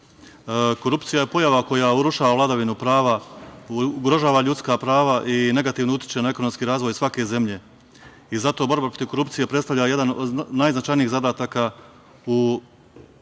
lica. Korupcija je pojava koja urušava vladavinu prava, ugrožava ljudska prava i negativno utiče na ekonomski razvoj svake zemlje i zato borba protiv korupcije predstavlja jedan od najznačajnijih zadataka u